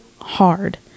hard